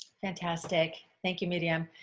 fantastic thank you medium.